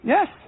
Yes